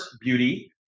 beauty